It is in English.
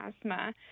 asthma